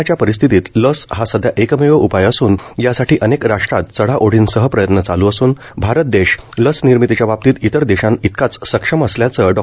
कोरोनाच्या परिस्थितीत लस हा सध्या एकमेव उपाय असून यासाठी अनेक राष्ट्रांत चढाओढीसह प्रयत्न चालू असून भारत देश लसनिर्मितीच्या बाबतीत इतर देशांइतकाच सक्षम असल्याचं डॉ